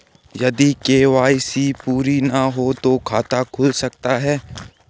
यदि के.वाई.सी पूरी ना हो तो खाता खुल सकता है?